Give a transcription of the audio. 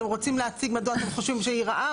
אתם רוצים להציג מדוע אתם חושבים שהיא רעה?